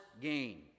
gain